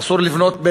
אסור לבנות,